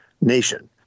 nation